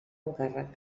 encàrrec